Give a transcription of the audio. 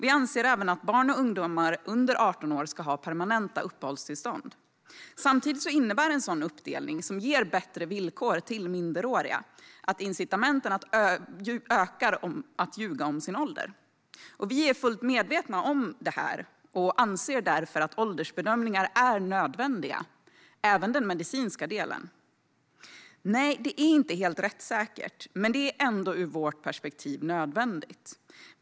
Vi anser även att barn och ungdomar under 18 år ska ha permanenta uppehållstillstånd. Samtidigt innebär en sådan uppdelning, som ger bättre villkor till minderåriga, att incitamenten att ljuga om sin ålder ökar. Vi är fullt medvetna om det här och anser därför att åldersbedömningar är nödvändiga, även den medicinska delen. Nej, det är inte helt rättssäkert, men det är ändå ur vårt perspektiv nödvändigt.